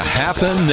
happen